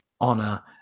honor